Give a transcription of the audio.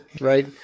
right